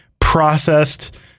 processed